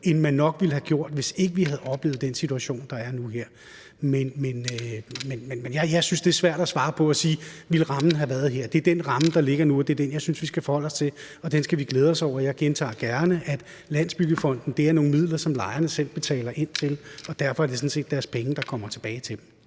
end man nok ville have gjort, hvis ikke vi havde oplevet den situation, der er nu her. Men jeg synes, det er svært at svare på, om rammen ville have været her. Det er den ramme, der ligger nu, og det er den, jeg synes vi skal forholde os til. Den skal vi glæde os over. Og jeg gentager gerne, at Landsbyggefondens midler er nogle, som lejerne selv har indbetalt, og derfor er det sådan set deres penge, der kommer tilbage til dem.